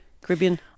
Caribbean